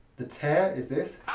the tear is this.